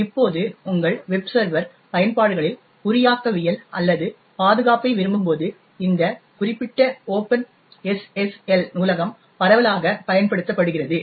இப்போது உங்கள் web server பயன்பாடுகளில் குறியாக்கவியல் அல்லது பாதுகாப்பை விரும்பும்போது இந்த குறிப்பிட்ட Open SSL நூலகம் பரவலாகப் பயன்படுத்தப்படுகிறது